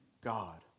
God